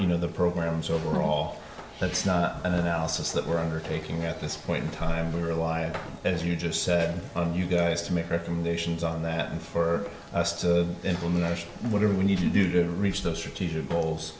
you know the programs overall that's not an analysis that we're undertaking at this point in time reliable as you just said you go is to make recommendations on that and for us to implement whatever we need to do to reach the strategic goals